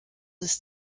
ist